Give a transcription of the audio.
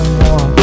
more